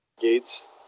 gates